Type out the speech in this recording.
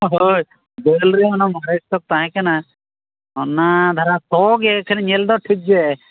ᱦᱳᱭ ᱫᱟᱹᱞ ᱨᱮ ᱚᱱᱟ ᱢᱟᱨᱮ ᱥᱚ ᱛᱟᱦᱮᱸ ᱠᱟᱱᱟ ᱚᱱᱟ ᱫᱷᱟᱨᱟ ᱥᱚ ᱜᱮ ᱠᱷᱟᱹᱞᱤ ᱧᱮᱞ ᱫᱚ ᱴᱷᱤᱠ ᱜᱮ